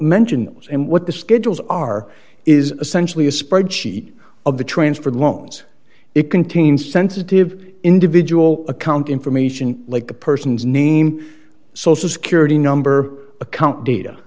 mention what the schedules are is essentially a spreadsheet of the transferred loans it contains sensitive individual account information like the person's name social security number account data